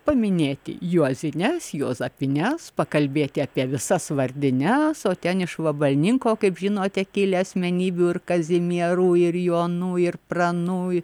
paminėti juozines juozapines pakalbėti apie visas vardines o ten iš vabalninko kaip žinote kilę asmenybių ir kazimierų ir jonų ir pranų